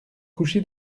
couché